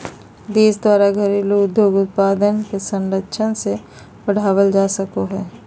देश द्वारा घरेलू उद्योग उत्पाद के संरक्षण ले बढ़ावल जा सको हइ